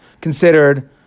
considered